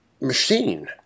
machine